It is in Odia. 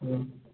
ହୁଁ